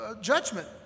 judgment